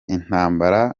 intambara